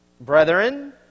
brethren